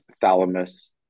Thalamus